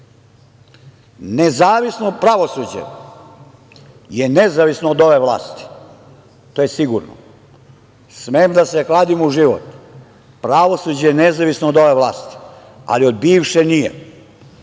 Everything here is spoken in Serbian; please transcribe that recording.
pravosuđe. Nezavisno pravosuđe je nezavisno od ove vlasti. To je sigurno. Smem da se kladim u život. Pravosuđe je nezavisno od ove vlasti, ali od bivše nije.U